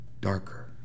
darker